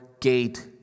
gate